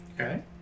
Okay